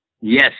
Yes